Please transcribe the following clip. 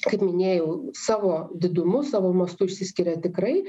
kaip minėjau savo didumu savo mastu išsiskiria tikrai